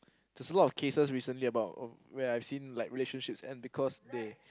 there's a lot of cases recently about where I seen relationships and because they